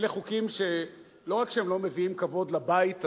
אלה חוקים שלא רק שהם לא מביאים כבוד לבית הזה,